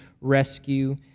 rescue